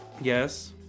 Yes